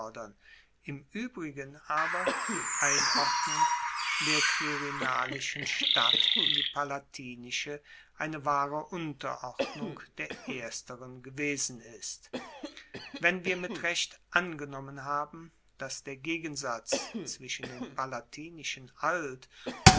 im uebrigen aber die einordnung der quirinalischen stadt in die palatinische eine wahre unterordnung der ersteren gewesen ist wenn wir mit recht angenommen haben dass der gegensatz zwischen den palatinischen alt